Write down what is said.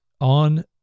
on